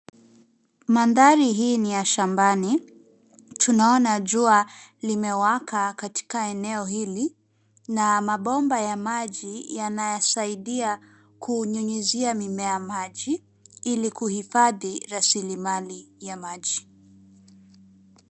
Mandhari hii ni ya shambani. Tunaona jua limewaka katika eneo hili na mabomba ya maji yanasaidia kunyunyizia mimea maji ili kuhifadhi rasilimali ya maji.